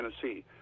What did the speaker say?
Tennessee